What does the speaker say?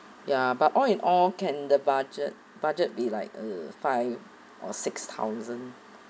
ya but all in all can the budget budget be like uh five or six thousand